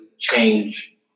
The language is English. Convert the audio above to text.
change